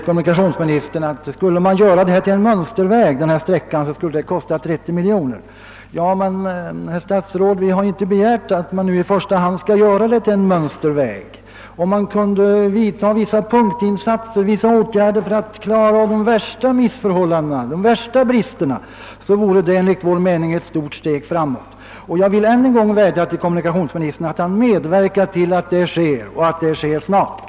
Kommunikationsministern säger, att om man skulle göra denna sträcka till en mönsterväg, så skulle det kosta 30 miljoner kronor. Men, herr statsråd, vi har inte begärt att sträckan i första hand skall göras till en mönsterväg. Om vissa punktinsatser kunde göras för att avhjälpa de värsta bristerna, så skulle detta enligt vår mening vara ett stort steg framåt. Och jag vädjar än en gång till komunikationsministern att medverka till sådana insatser och att detta sker snart.